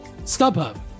StubHub